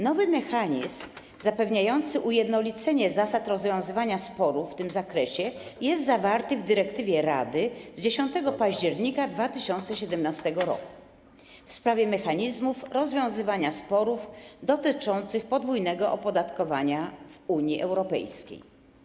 Nowy mechanizm zapewniający ujednolicenie zasad rozwiązywania sporów w tym zakresie jest ujęty w dyrektywie Rady z 10 października 2017 r. w sprawie mechanizmów rozstrzygania sporów dotyczących podwójnego opodatkowania w Unii Europejskiej.